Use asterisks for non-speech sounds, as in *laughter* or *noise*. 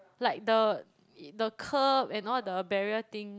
like the *noise* the curb and all the barrier thing